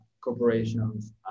corporations